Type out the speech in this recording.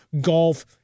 golf